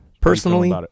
Personally